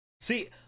See